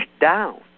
down